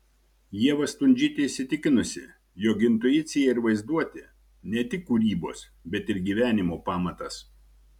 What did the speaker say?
ieva stundžytė įsitikinusi jog intuicija ir vaizduotė ne tik kūrybos bet ir gyvenimo pamatas